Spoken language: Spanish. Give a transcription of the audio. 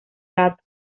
gato